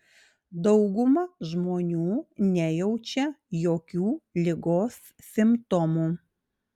dauguma žmonių nejaučia jokių ligos simptomų